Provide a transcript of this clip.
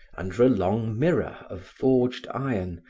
under a long mirror of forged iron,